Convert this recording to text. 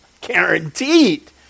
guaranteed